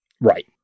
Right